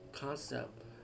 concept